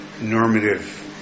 normative